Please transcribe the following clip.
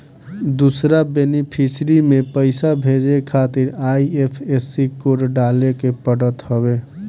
दूसरा बेनिफिसरी में पईसा भेजे खातिर आई.एफ.एस.सी कोड डाले के पड़त हवे